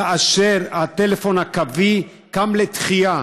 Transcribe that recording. כאשר הטלפון הקווי קם לתחייה,